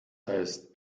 heißt